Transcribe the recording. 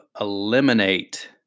eliminate